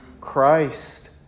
Christ